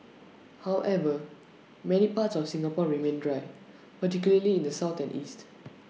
however many parts of Singapore remain dry particularly in the south and east